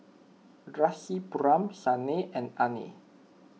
Rasipuram Sanal and Anand